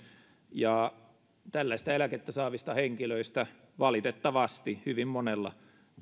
tällaista eläkettä saavista henkilöistä valitettavasti hyvin monella